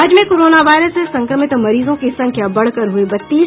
राज्य में corona virus से संक्रमित मरीजों की संख्या बढ़कर हुयी बत्तीस